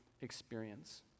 experience